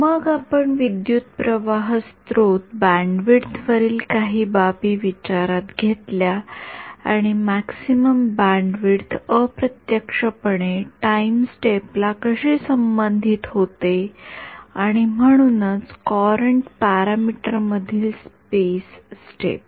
मग आपण विद्युतप्रवाह स्त्रोत बँडविड्थ वरील काही बाबी विचारात घेतल्या आणि मॅक्सिमम बँडविड्थ अप्रत्यक्षपणे टाईम स्टेप ला कशी संबंधित होते आणि म्हणूनच कॉऊरंट पॅरामीटरमधली स्पेस स्टेप